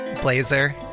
blazer